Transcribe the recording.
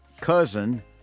cousin